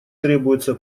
требуется